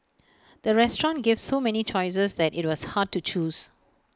the restaurant gave so many choices that IT was hard to choose